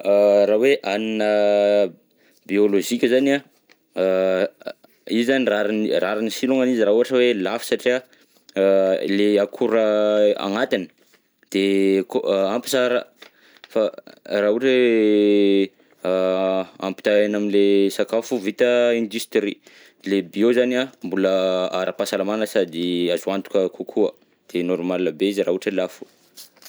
Raha hoe hanina biôlôzika zany an,a izy zany rariny, rariny si longany izy raha ohatra hoe lafo satria a le akora agnatiny de ko- ampy sara fa raha ohatra hoe a ampitahaina amle sakafo vita industrie, de bio zany an mbola ara-ahasalamana sady azo antoka kokoa, de normal be izy raha ohatra hoe lafo.